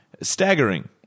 staggering